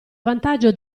vantaggio